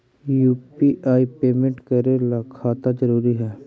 UPI payment करे ला खाता जरूरी है?